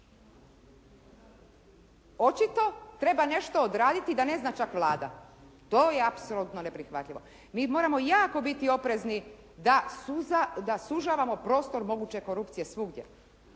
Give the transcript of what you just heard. Očito treba nešto odraditi da ne zna čak Vlada, to je apsolutno neprihvatljivo. Mi moramo jako biti oprezni da sužavamo prostor moguće korupcije svugdje,